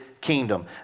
kingdom